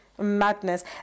Madness